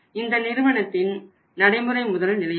இது நிறுவனத்தின் நடைமுறை முதல் நிலையாகும்